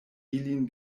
ilin